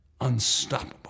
unstoppable